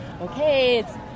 okay